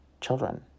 children